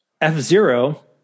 F-Zero